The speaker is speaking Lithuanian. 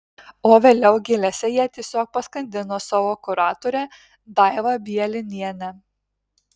o vėliau gėlėse jie tiesiog paskandino savo kuratorę daivą bielinienę